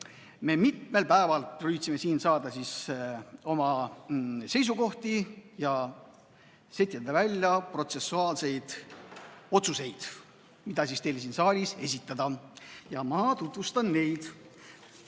Me mitmel päeval püüdsime kujundada oma seisukohti ja langetada protsessuaalseid otsuseid, mida teile siin saalis esitada. Ja ma tutvustan neid.